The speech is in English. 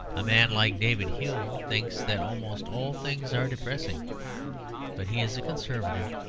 a man like david hume thinks that almost all things are depressing but he is a conservative,